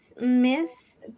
miss